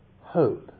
hope